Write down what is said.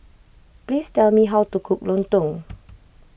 please tell me how to cook Lontong